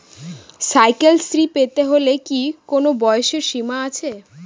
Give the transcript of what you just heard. Cycle Shri পেতে হলে কি কোনো বয়সের সীমা আছে?